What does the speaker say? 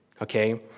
okay